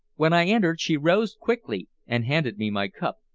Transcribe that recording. when i entered, she rose quickly and handed me my cup,